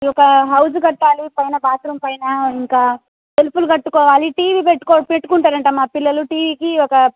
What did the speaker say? ఒక హౌసు కట్టాలి పైన బాత్రూం పైనా ఇంకా సెల్ఫ్లు కట్టుకోవాలి టీవీ పెట్టుకో పెట్టుకుంటారంట మా పిల్లలు టీవీకి ఒకా